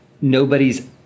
nobody's